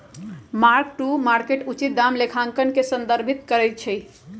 mark to market उचित दाम लेखांकन के संदर्भित करइ छै